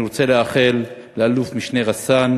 אני רוצה לאחל לאלוף-משנה רסאן